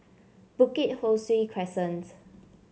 Bukit Ho Swee Crescent